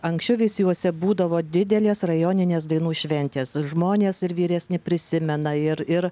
anksčiau veisiejuose būdavo didelės rajoninės dainų šventės žmonės ir vyresni prisimena ir ir